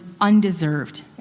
undeserved